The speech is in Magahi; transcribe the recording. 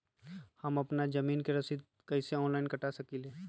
हम अपना जमीन के रसीद कईसे ऑनलाइन कटा सकिले?